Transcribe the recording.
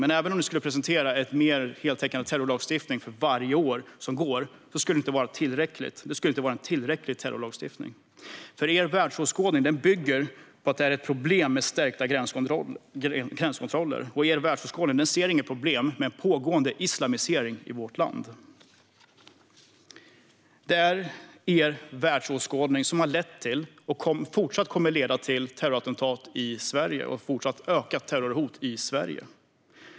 Men även om regeringen skulle presentera en mer heltäckande terrorlagstiftning för varje år som går skulle det inte vara en tillräcklig terrorlagstiftning. Er världsåskådning bygger nämligen på att det finns ett problem med stärkta gränskontroller, och med er världsåskådning ser ni inget problem med en pågående islamisering av vårt land. Det är er världsåskådning som har lett till, och som även fortsättningsvis kommer att leda till, terrorattentat och ett fortsatt ökat terrorhot i Sverige.